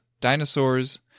dinosaurs